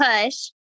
push